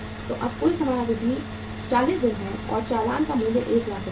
तो अब कुल समयावधि 40 दिन है और चालान का मूल्य 1 लाख रुपये है